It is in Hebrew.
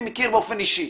אני מכיר באופן אישי.